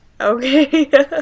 Okay